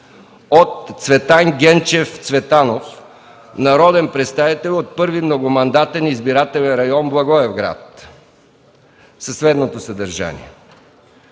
от Цветан Генчев Цветанов – народен представител от 1. многомандатен избирателен район – Благоевград със следното съдържание: